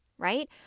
right